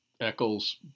Eccles